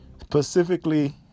specifically